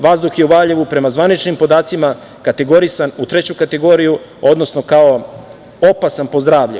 Vazduh je u Valjevu, prema zvaničnim podacima, kategorisan u treću kategoriju, odnosno kao opasan po zdravlje.